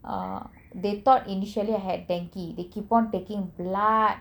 err they thought initially I had dengue they keep on taking blood